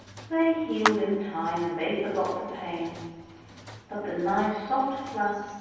they healed in time, and they forgot the pain but the nice soft flap,